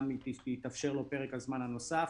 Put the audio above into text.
גם יתאפשר לו פרק הזמן הנוסף.